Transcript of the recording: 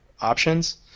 options